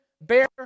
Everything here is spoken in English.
bear